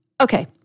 Okay